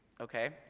Okay